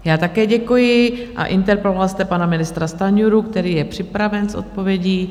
Já také děkuji a interpeloval jste pana ministra Stanjuru, který je připraven s odpovědí.